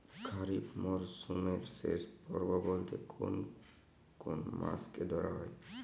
খরিপ মরসুমের শেষ পর্ব বলতে কোন কোন মাস কে ধরা হয়?